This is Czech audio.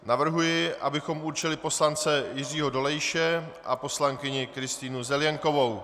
Navrhuji, abychom určili poslance Jiřího Dolejše a poslankyni Kristýnu Zelienkovou.